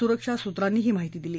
सुरक्षा सूत्रांनी ही माहिती दिली